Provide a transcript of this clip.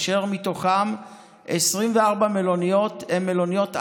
ומתוכן 24 מלוניות הן מלוניות החלמה.